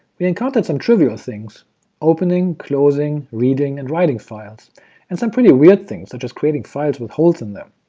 we encountered some trivial things opening, closing, reading, and writing files and some pretty weird things, such as creating files with holes in them.